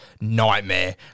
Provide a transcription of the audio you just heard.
nightmare